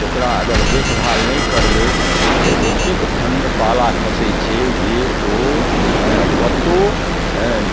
ओकरा अगर देखभाल नहि करबै तऽ एतेक ठण्ड पाला खसै छै जे ओ हेँ पत्तो हेँ